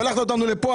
שלחת אותנו לפה,